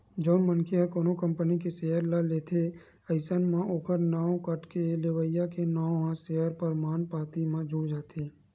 जउन मनखे ह कोनो कंपनी के सेयर ल लेथे अइसन म ओखर नांव कटके लेवइया के नांव ह सेयर परमान पाती म जुड़ जाथे